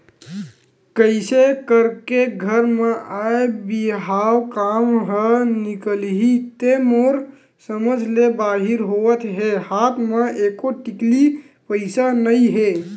कइसे करके घर म आय बिहाव काम ह निकलही ते मोर समझ ले बाहिर होवत हे हात म एको टिकली पइसा नइ हे